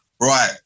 Right